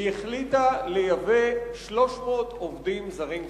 היא החליטה לייבא 300 עובדים זרים חדשים.